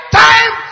time